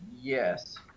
yes